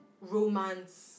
romance